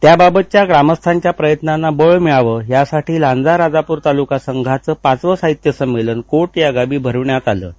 त्याबाबतच्या ग्रामस्थांच्या प्रयत्नांना बळ मिळावं यासाठी राजापूर लांजा तालुका संघाचं पाचवं साहित्य संमेलन कोट या गावी भरविण्यात आलं होतं